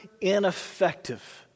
ineffective